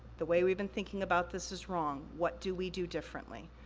the way we've been thinking about this is wrong, what do we do differently?